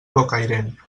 bocairent